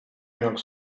jak